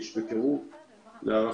כלומר